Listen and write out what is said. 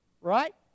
Right